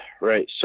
right